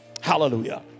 Hallelujah